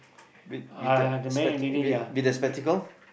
with with the eh with the spectacle